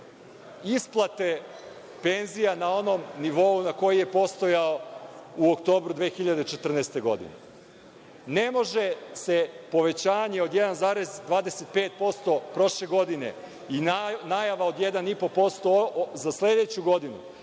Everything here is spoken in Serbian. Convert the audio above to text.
isplate penzija na onaj nivo koji je postojao u oktobru 2014. godine? Ne može povećanje od 1,25% prošle godine i najava od 1,5% za sledeću godinu